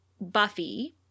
Buffy –